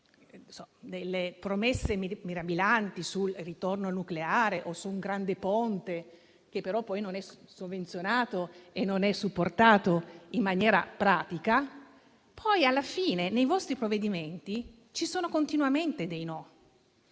delle promesse mirabolanti sul ritorno al nucleare o su un grande ponte, che però poi non è sovvenzionato e supportato in maniera pratica, poi alla fine nei vostri provvedimenti ci sono continuamente dei no,